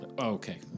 Okay